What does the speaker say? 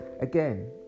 Again